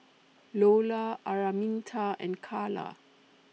Lola Araminta and Karla